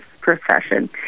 profession